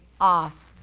off